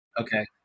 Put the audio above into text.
Okay